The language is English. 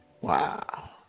Wow